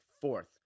fourth